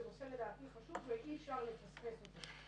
זה לדעתי נושא חשוב ואי אפשר לפספס אותו.